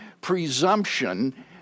presumption